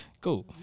Cool